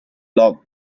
love